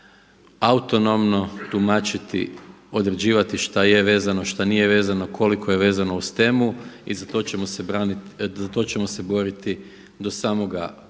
autonomno tumačiti, određivati šta je vezano a šta nije vezano i koliko je vezano uz temu i za to ćemo se boriti do samoga